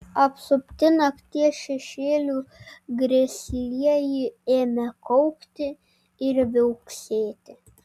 apsupti nakties šešėlių grėslieji ėmė kaukti ir viauksėti